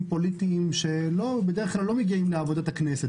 פוליטיים שבדרך כלל לא מגיעים לעבודת הכנסת,